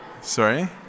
Sorry